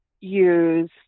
use